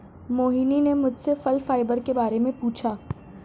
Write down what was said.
मोहिनी ने मुझसे फल फाइबर के बारे में पूछा